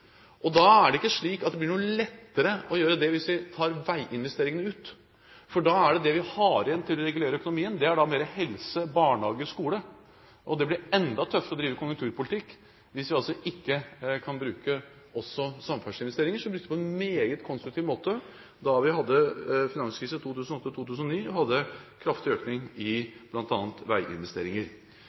er ikke slik at det blir lettere å gjøre det hvis vi tar veiinvesteringene ut, for da er det vi har igjen til å regulere økonomien, helse, barnehager og skole. Det blir enda tøffere å drive konjunkturpolitikk hvis vi ikke også kan bruke samferdselsinvesteringer, som vi brukte på en meget konstruktiv måte da vi hadde finanskrise i 2008 og 2009, og hadde kraftig økning i